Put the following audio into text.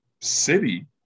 city